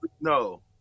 No